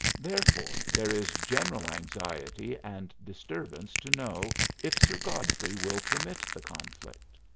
therefore there is general anxiety and disturbance to know if sir godfrey will permit the conflict.